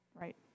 right